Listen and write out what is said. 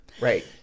Right